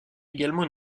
également